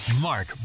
Mark